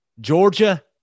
Georgia